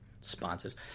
sponsors